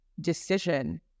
decision